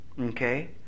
okay